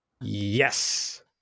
Yes